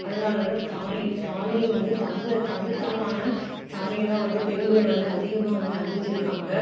அதனால தான் தாலி தாலி வந்து தங்க தங்கத்தால் ஆன தாலியை தான் வந்து பெண்கள் வந்து அதிகமாக வந்து அணிஞ்சிருக்காங்க